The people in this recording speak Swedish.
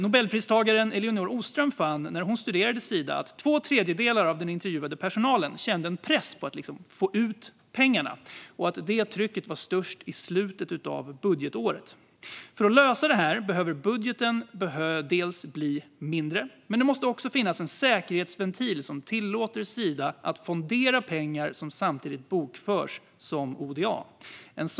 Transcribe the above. Nobelpristagaren Elinor Ostrom fann, när hon studerade Sida, att två tredjedelar av den intervjuade personalen kände press att få ut pengarna och att trycket var störst i slutet av budgetåret. För att lösa detta behöver budgeten bli mindre, men det måste också finnas en säkerhetsventil som tillåter Sida att fondera pengar som samtidigt bokförs som ODA.